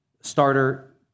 starter